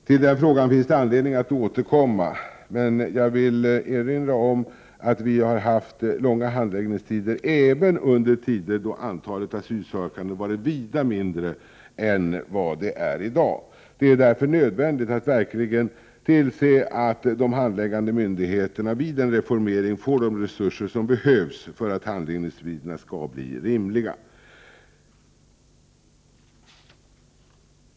Till den frågan finns det anledning att återkomma senare. Jag vill erinra om att vi har haft långa handläggningstider även under tider då antalet asylsökande varit vida mindre än vad det är i dag. Det är därför nödvändigt att verkligen tillse att de handläggande myndigheterna vid en reformering får de resurser som behövs för att handläggningsti 123 derna skall bli rimliga.